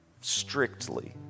strictly